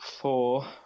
four